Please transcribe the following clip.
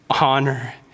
honor